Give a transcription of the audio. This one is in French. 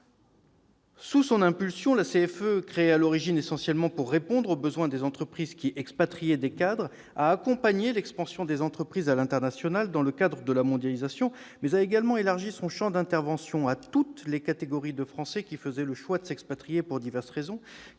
Sous son impulsion, la CFE, créée initialement essentiellement pour répondre aux besoins des entreprises qui expatriaient des cadres, a accompagné l'expansion des entreprises à l'international dans le cadre de la mondialisation, mais a également élargi son champ d'intervention à toutes les catégories de Français qui faisaient le choix de s'expatrier pour diverses raisons,